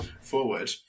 Forward